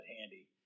handy